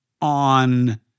on